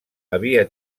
havia